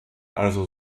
also